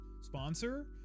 sponsor